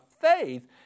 faith